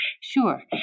Sure